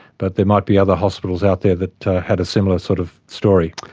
but there might be other hospitals out there that had a similar sort of story.